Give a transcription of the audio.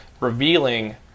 revealing